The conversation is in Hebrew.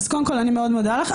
אז קודם כל, אני מאוד מודה לך.